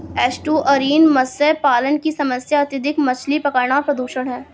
estuarine मत्स्य पालन की समस्या अत्यधिक मछली पकड़ना और प्रदूषण है